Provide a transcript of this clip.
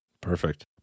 Perfect